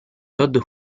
todd